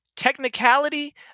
technicality